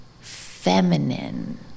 feminine